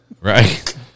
right